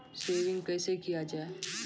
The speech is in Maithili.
सेविंग कैसै किया जाय?